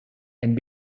and